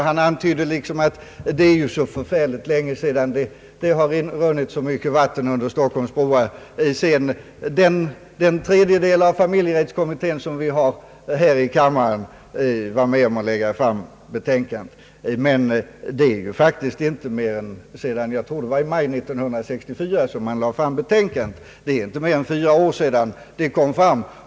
Han antydde att det var så förfärligt länge sedan och att det har runnit så mycket vatten under Stockholms broar sedan den tredjedel av familjerättskommittén som finns här i kammaren var med om att lägga fram betänkandet. Men det är faktiskt inte mer än fyra år sedan, jag vill minnas att det var i maj 1964 som man lade fram betänkandet. Jag frågar verkligen: Vad är det som Ang.